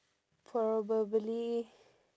probably